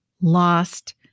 lost